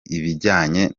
ibijyanye